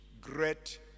great